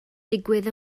digwydd